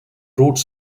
wrote